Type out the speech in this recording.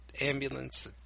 ambulance